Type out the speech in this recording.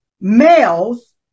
males